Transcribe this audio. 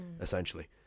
essentially